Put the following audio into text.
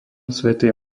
svätej